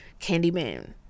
Candyman